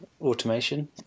automation